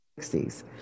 60s